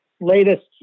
latest